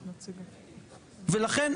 ולכן,